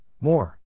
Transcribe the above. More